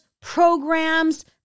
programs